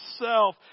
self